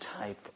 type